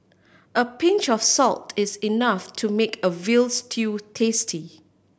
a pinch of salt is enough to make a veal stew tasty